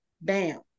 Bam